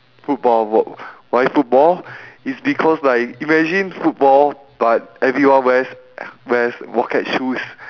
football ball why football is because like imagine football but everyone wears wears rocket shoes